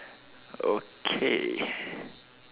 okay